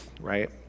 right